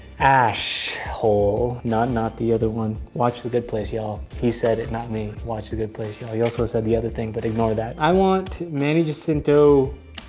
ash hole. not not the other one. watch the good place, y'all. he said it, not me. watch the good place, y'all. he also said the other thing but ignore that. i want manny jacinto